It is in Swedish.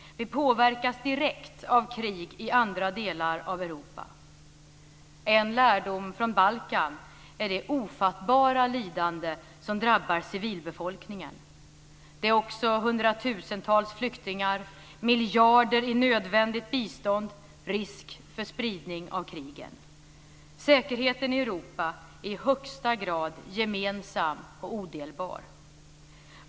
Vi påverkas direkt av krig i andra delar av Europa. En lärdom från Balkan är det ofattbara lidande som drabbar civilbefolkningen. Det är också hundratusentals flyktingar, miljarder i nödvändigt bistånd och risk för spridning av krigen. Säkerheten i Europa är i högsta grad gemensam och odelbar.